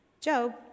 Job